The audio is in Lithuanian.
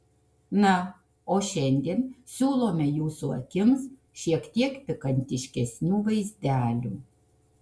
na o šiandien siūlome jūsų akims šiek tiek pikantiškesnių vaizdelių